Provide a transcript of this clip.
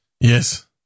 Yes